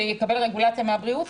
שיקבל רגולציה מהבריאות,